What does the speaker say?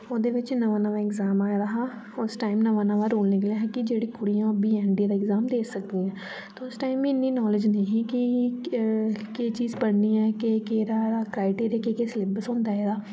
ओह्दे बिच्च नमां नमां एग्जाम आए दा हा उस टाइम नमां नमां रोल निकलेआ हा कि जेह्ड़े कुड़ियां ओह् बी एन डी ए दा एग्जाम देई सकदियां ते उस टाइम मी इन्नी नालेज नेईं ही की केह् चीज पढ़नी ऐ केह् केह् एह्दा क्राइटेरिया केह् केह् सिलेबस होंदा एह्दा